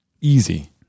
Easy